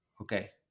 Okay